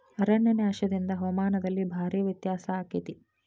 ಅರಣ್ಯನಾಶದಿಂದ ಹವಾಮಾನದಲ್ಲಿ ಭಾರೇ ವ್ಯತ್ಯಾಸ ಅಕೈತಿ